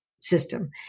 system